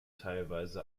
teilweise